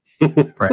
right